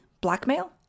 Blackmail